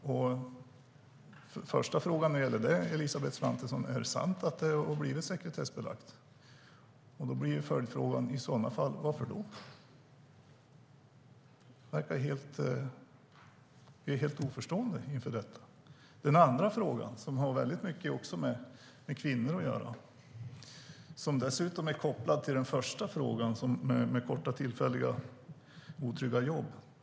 Är det sant, Elisabeth Svantesson, att den har blivit sekretessbelagd? I så fall, varför? Jag är helt oförstående inför detta. Den andra fråga jag vill ta upp har väldigt mycket med kvinnor att göra och är dessutom kopplad till frågan om korta, tillfälliga och otrygga jobb.